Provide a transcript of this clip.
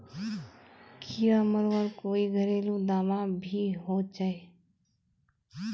कीड़ा मरवार कोई घरेलू दाबा भी होचए?